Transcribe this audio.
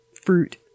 fruit